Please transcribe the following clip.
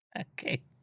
okay